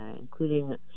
including